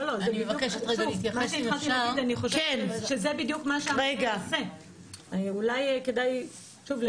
אני חושבת שזה בדיוק --- אולי כדאי לנסות להבין אותו.